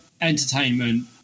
entertainment